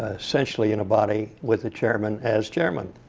ah essentially in a body, with the chairman as chairman.